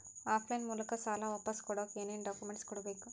Of line ಮೂಲಕ ಸಾಲ ವಾಪಸ್ ಕೊಡಕ್ ಏನು ಡಾಕ್ಯೂಮೆಂಟ್ಸ್ ಕೊಡಬೇಕು?